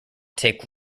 take